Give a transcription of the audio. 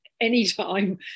anytime